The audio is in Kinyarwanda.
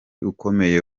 ukomeye